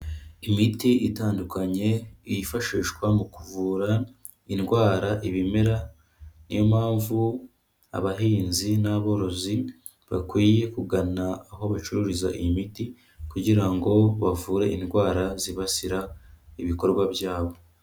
Imiti itandukanye yifashishwa mu kuvura indwara, ibimera, niyo mpamvu abahinzi n'aborozi bakwiye kugana aho bacururiza imiti, kugira ngo bavure indwara zibasira ibikorwa byabo.